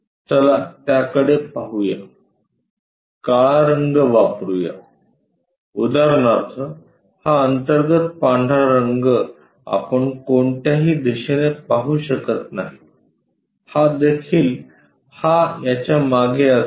चला त्याकडे पाहूया काळा रंग वापरूया उदाहरणार्थ हा अंतर्गत पांढरा रंग आपण कोणत्याही दिशेने पाहू शकत नाही हा देखील हा याच्या मागे असलेला